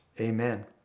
amen